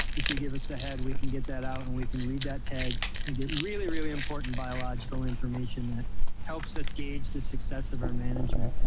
if you give us the head, we can get that out and we can read that tag and get really, really important biological information that helps us gauge the success of our management.